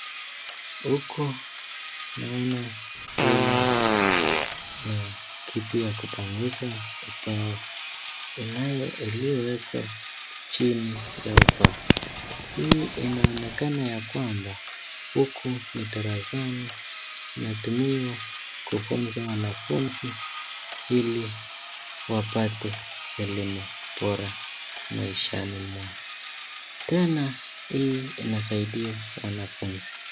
Huku naona rula na kitu ya kupanguza ubao iliyowekwa chiniy ubao, hii inaonekana ya kwamba hapa ni darasani inatumiwa kufunza wanafuzni ili wapate elimu bora maishani mwao. Tena hii inasaidia wanafunzi.